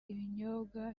ibinyobwa